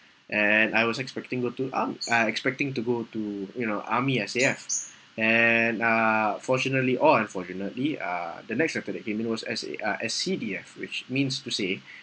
and I was expecting go to arm~ I'm expecting to go to you know army S_A_F and uh fortunately or unfortunately uh the next letter that came in was S_A~ uh S_C_D_F which means to say